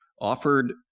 offered